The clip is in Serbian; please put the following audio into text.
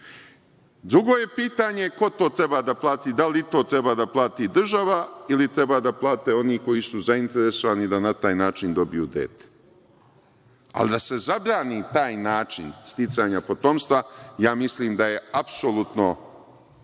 Drugo je pitanje ko to treba da plati, da li i to treba da plati država ili treba da plate oni koji su zainteresovani da na taj način dobiju dete? Ali, da se zabrani taj način sticanja potomstva, ja mislim da je apsolutno